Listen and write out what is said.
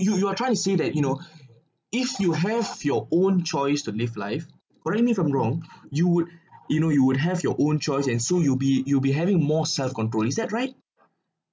you you are trying to say that you know if you have your own choice to live life what I mean from wrong you would you know you would have your own choice and so you'll be you'll be having more self control is that right